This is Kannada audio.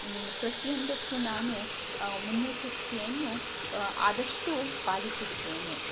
ಪ್ರತ್ಯೊಂದಕ್ಕೂ ನಾನು ಮುನ್ನೆಚ್ಚರಿಕೆಯನ್ನು ಆದಷ್ಟು ಪಾಲಿಸುತ್ತೇನೆ